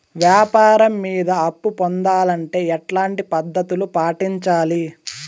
వ్యాపారం మీద అప్పు పొందాలంటే ఎట్లాంటి పద్ధతులు పాటించాలి?